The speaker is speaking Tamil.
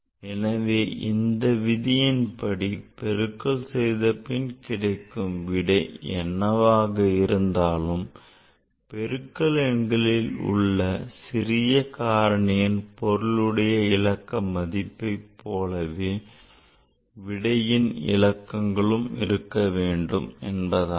எனவே இந்த விதியின் படி பெருக்கல் செய்தபின் கிடைக்கும் விடை என்னவாக இருந்தாலும் பெருக்கல எண்களில் உள்ள சிறிய காரணியின் பொருளுடைய இலக்க மதிப்பை போலவே விடையின் இலக்கங்கள் இருக்க வேண்டும் என்பதாகும்